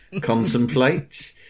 contemplate